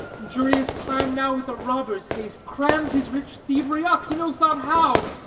injurious time now with a robber's haste crams his rich thievery up, he knows not how.